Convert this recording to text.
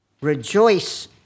rejoice